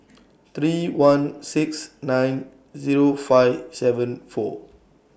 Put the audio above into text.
three one six nine Zero five seven four